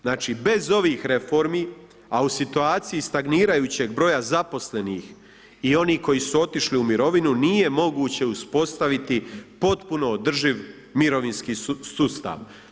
Znači bez ovih reformi, a u situaciji stagnirajućeg broja zaposlenih i onih koji su otišli u mirovinu nije moguće uspostaviti potpuno održiv mirovinski sustav.